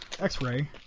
x-ray